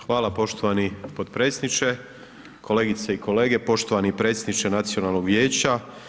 Hvala poštovani potpredsjedniče, kolegice i kolege, poštovani predsjedniče nacionalnog vijeća.